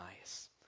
nice